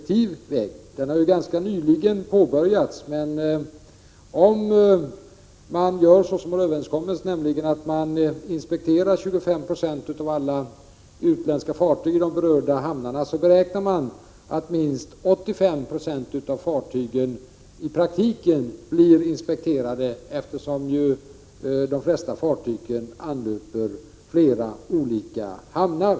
Denna kontroll har ganska nyligen påbörjats, men om man gör så som det har överenskommits, nämligen inspekterar 25 96 av alla utländska fartyg i de berörda hamnarna, beräknar man att minst 85 26 av fartygen i praktiken blir inspekterade, eftersom de flesta fartyg anlöper flera olika hamnar.